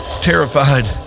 Terrified